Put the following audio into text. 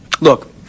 Look